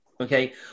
okay